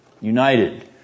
united